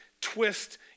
twist